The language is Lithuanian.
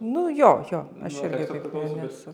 nu jo jo aš irgi taip ne nesu